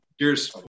Cheers